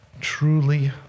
Truly